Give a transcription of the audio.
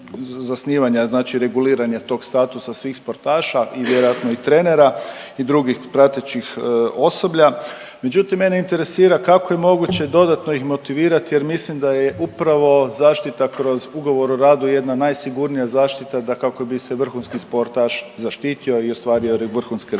znači reguliranja tog statusa svih sportaša i vjerojatno i trenera i drugih pratećih osoblja, međutim mene interesira kako je moguće dodatno ih motivirat jer mislim da je upravo zaštita kroz ugovor o radu jedna najsigurnija zaštita da kako bi se vrhunski sportaš zaštitio i ostvario vrhunske rezultate?